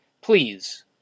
please